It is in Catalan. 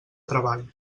treball